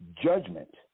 judgment